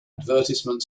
advertisement